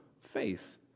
faith